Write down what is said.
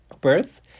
birth